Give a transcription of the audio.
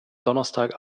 donnerstag